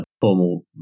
formal